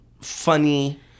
funny